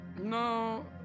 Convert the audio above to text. No